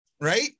Right